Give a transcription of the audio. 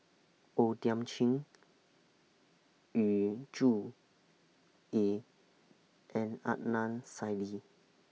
O Thiam Chin Yu Zhuye and Adnan Saidi